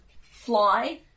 Fly